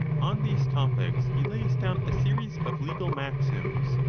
on these topics he lays down a series of legal maxims,